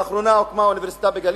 לאחרונה הוקמה האוניברסיטה בגליל,